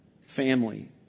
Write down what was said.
family